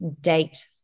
date